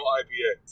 ipa